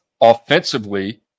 Offensively